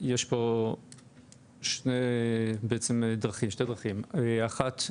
יש פה שתי דרכים, אחת,